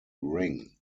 ring